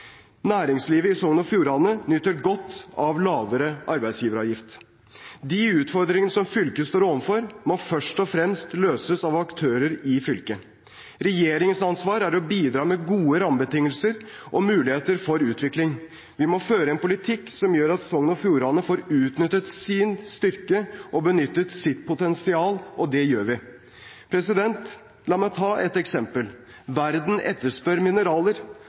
Næringslivet i Sogn og Fjordane nyter godt av lavere arbeidsgiveravgift. De utfordringer som fylket står overfor, må først og fremst løses av aktører i fylket. Regjeringens ansvar er å bidra med gode rammebetingelser og muligheter for utvikling. Vi må føre en politikk som gjør at Sogn og Fjordane får utnyttet sin styrke og benyttet sitt potensial – og det gjør vi. La meg ta et eksempel: Verden etterspør mineraler,